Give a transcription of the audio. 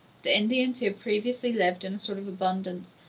the indians, who had previously lived in a sort of abundance,